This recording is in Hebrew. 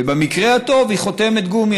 ובמקרה הטוב היא חותמת גומי.